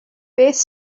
beth